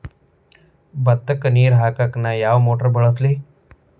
ಭತ್ತಕ್ಕ ನೇರ ಹಾಕಾಕ್ ನಾ ಯಾವ್ ಮೋಟರ್ ಬಳಸ್ಲಿ?